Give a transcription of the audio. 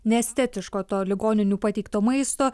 neestetiško to ligoninių pateikto maisto